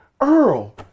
Earl